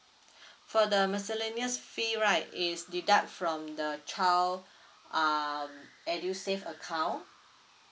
for the miscellaneous fee right is deduct from the child um edusave account